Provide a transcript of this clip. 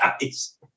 guys